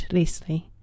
Leslie